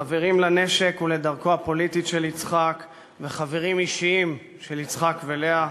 חברים לנשק ולדרכו הפוליטית של יצחק וחברים אישיים של יצחק ולאה,